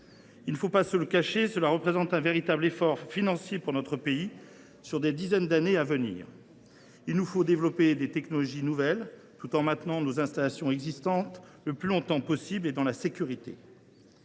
Il ne faut pas se le cacher, cela représente un véritable effort financier pour notre pays sur des dizaines d’années à venir. Il nous faut développer des technologies nouvelles, tout en maintenant nos installations existantes le plus longtemps possible et dans la sécurité.